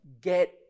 Get